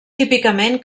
típicament